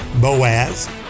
Boaz